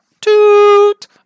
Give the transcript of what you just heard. toot